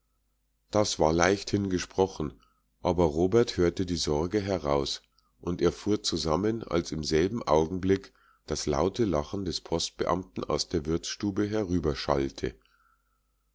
das war leichthin gesprochen aber robert hörte die sorge heraus und er fuhr zusammen als im selben augenblick das laute lachen des postbeamten aus der